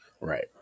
Right